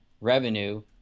revenue